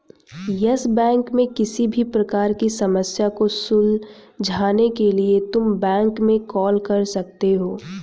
yes Bank में किसी भी प्रकार की समस्या को सुलझाने के लिए तुम बैंक में कॉल कर सकते हो